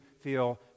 feel